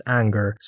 anger